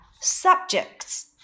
Subjects